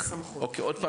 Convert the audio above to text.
השאלה